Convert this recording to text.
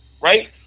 right